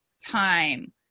time